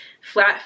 flat